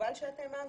מקובל שאתם מעבירים.